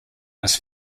was